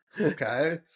Okay